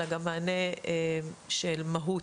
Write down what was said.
אלא גם מענה של מהות,